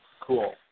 Cool